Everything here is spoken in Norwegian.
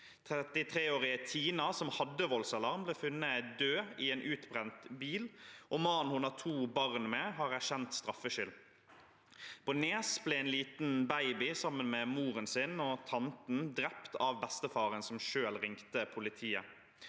33 år gamle Tina – som hadde voldsalarm – ble funnet død i en utbrent bil, og mannen hun har to barn med, har erkjent straffskyld. På Nes ble en liten baby, sammen med sin mor og tante, drept av bestefaren, som selv ringte politiet.